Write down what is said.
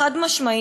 חד-משמעית,